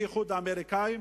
בייחוד האמריקנים.